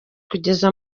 kugeza